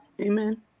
Amen